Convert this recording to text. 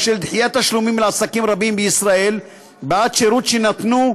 בשל דחיית תשלומים לעסקים רבים בישראל בעד שירות שנתנו,